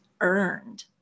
earned